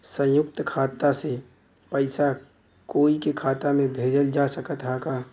संयुक्त खाता से पयिसा कोई के खाता में भेजल जा सकत ह का?